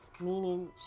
meaning